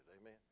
amen